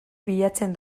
bilatzen